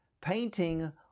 painting